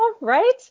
right